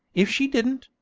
if she didn't,